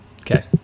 Okay